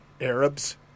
Arabs